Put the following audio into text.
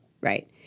right